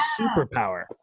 superpower